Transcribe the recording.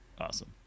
awesome